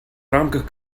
рамках